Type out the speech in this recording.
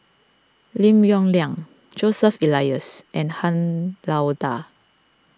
Lim Yong Liang Joseph Elias and Han Lao Da